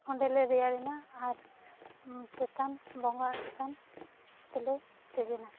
ᱚᱸᱰᱮᱞᱮ ᱨᱮᱭᱟᱲ ᱮᱱᱟ ᱟᱨ ᱪᱮᱛᱟᱱ ᱵᱚᱸᱜᱟ ᱥᱛᱷᱟᱱ ᱛᱮᱞᱮ ᱫᱮᱡ ᱮᱱᱟ